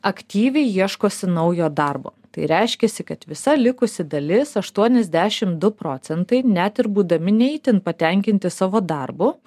aktyviai ieškosi naujo darbo tai reiškiasi kad visa likusi dalis aštuoniasdešimt du procentai net ir būdami ne itin patenkinti savo darbu